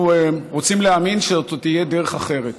רוצים להאמין שעוד תהיה דרך אחרת,